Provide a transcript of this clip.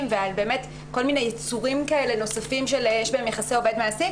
ועל כל מיני יצורים כאלה נוספים שיש בהם יחסי עובד-מעסיק,